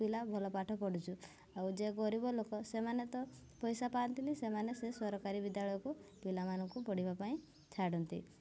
ପିଲା ଭଲ ପାଠ ପଢ଼ୁଛୁ ଆଉ ଯେ ଗରିବ ଲୋକ ସେମାନେ ତ ପଇସା ପାଆନ୍ତିନି ସେମାନେ ସେ ସରକାରୀ ବିଦ୍ୟାଳୟକୁ ପିଲାମାନଙ୍କୁ ପଢ଼ିବା ପାଇଁ ଛାଡ଼ନ୍ତି